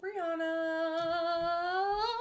Brianna